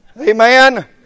Amen